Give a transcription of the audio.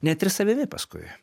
net ir savimi paskui